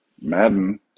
Madden